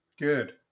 Good